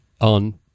on